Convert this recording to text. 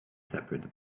separate